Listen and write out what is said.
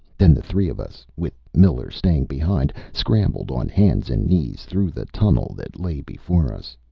then the three of us, with miller staying behind, scrambled on hands and knees through the tunnel that lay before us.